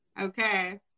Okay